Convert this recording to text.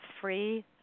free